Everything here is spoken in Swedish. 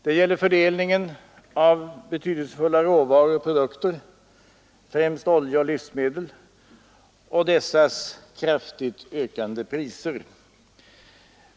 Det gäller fördelningen av betydelsefulla råvaror och produkter — främst olja och livsmedel — och dessas kraftigt ökade priser.